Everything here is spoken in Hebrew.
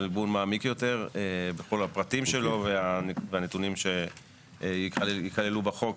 ליבון מעמיק יותר בכל הפרטים שלו והנתונים שיכללו בחוק.